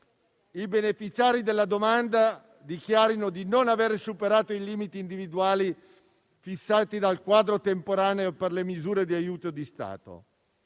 i beneficiari della domanda dichiarino di non aver superato i limiti individuali fissati dal quadro temporaneo per le misure di aiuto di Stato.